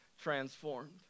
transformed